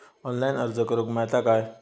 Online अर्ज करूक मेलता काय?